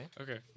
Okay